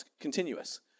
continuous